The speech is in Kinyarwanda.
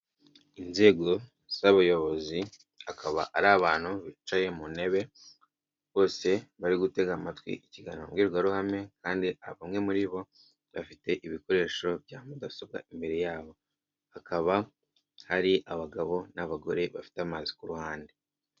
Inzego z'abayobozi akaba ari abantu bicaye mu ntebe bose bari gutega amatwi ikiganiro mbwirwaruhame, kandi bamwe muri bo bafite ibikoresho bya mudasobwa imbere yabo, hakaba hari abagabo n'abagore bafite amazi ku ruhande.